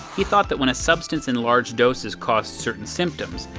he thought that when a substance in large doses caused certain symptoms,